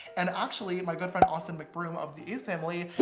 and actually, my good friend austin mcbroom of the ace family,